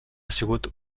sigut